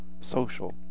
social